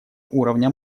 уровня